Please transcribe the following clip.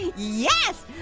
yes!